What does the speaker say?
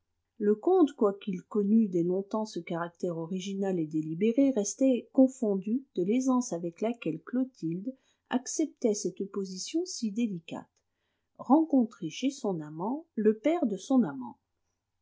le comte quoiqu'il connût dès longtemps ce caractère original et délibéré restait confondu de l'aisance avec laquelle clotilde acceptait cette position si délicate rencontrer chez son amant le père de son amant